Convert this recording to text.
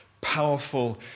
powerful